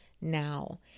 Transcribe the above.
now